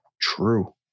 True